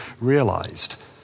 realised